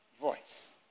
voice